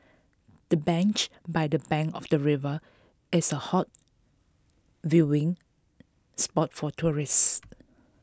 the bench by the bank of the river is A hot viewing spot for tourists